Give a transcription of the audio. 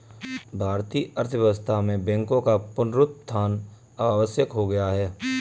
भारतीय अर्थव्यवस्था में बैंकों का पुनरुत्थान आवश्यक हो गया है